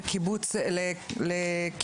חפציבה צנעני אני פותחת את הישיבה.